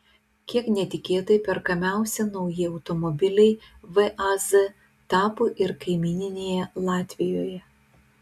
kiek netikėtai perkamiausi nauji automobiliai vaz tapo ir kaimyninėje latvijoje